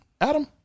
Adam